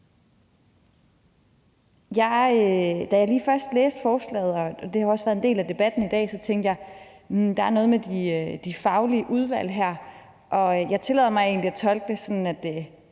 Da jeg først lige læste forslaget, og det har jo også været en del af debatten i dag, tænkte jeg, at der er noget med de faglige udvalg her. Jeg kan ikke forestille mig, at